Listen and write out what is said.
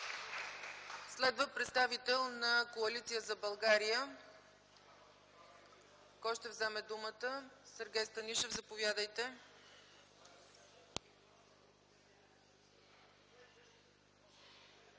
Следва представител на Коалиция за България. Кой ще вземе думата? Сергей Станишев – заповядайте.